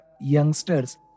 youngsters